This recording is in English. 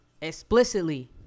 explicitly